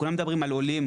כולם מדברים על עולים,